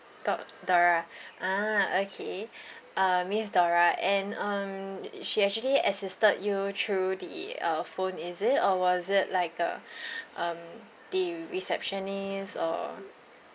do~ dora ah okay uh miss dora and um she actually assisted you through the uh phone is it or was it like a um the receptionist or